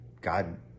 God